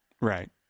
Right